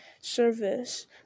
service